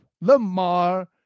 Lamar